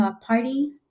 party